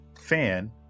fan